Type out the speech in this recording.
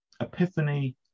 Epiphany